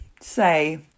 say